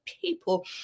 people